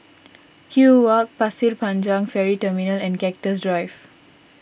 Kew Walk Pasir Panjang Ferry Terminal and Cactus Drive